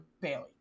Bailey